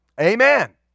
amen